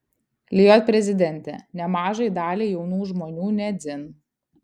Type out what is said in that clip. lijot prezidentė nemažai daliai jaunų žmonių ne dzin